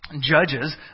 judges